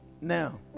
Now